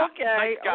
Okay